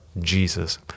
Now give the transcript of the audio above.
Jesus